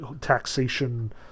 taxation